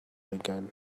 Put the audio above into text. again